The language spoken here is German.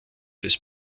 des